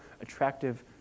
attractive